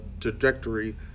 trajectory